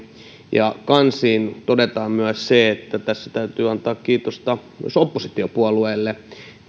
ja kansiin todetaan myös se että tässä täytyy antaa kiitosta myös oppositiopuolueille